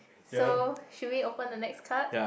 so should we open the next card